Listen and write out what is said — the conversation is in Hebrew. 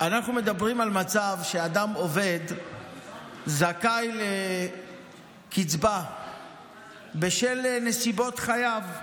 אנחנו מדברים על מצב שאדם עובד זכאי לקצבה בשל נסיבות חייו,